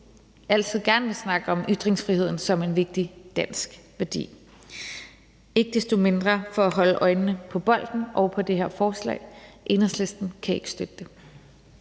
altid gerne vil snakke om ytringsfriheden som en vigtig dansk værdi. For ikke desto mindre at holde øjnene på bolden og på det her forslag vil jeg sige, at Enhedslisten ikke kan støtte det.